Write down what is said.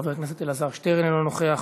חבר הכנסת אלעזר שטרן, אינו נוכח.